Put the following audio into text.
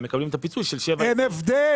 הם מקבלים את הפיצוי של שבעה --- אין הבדל.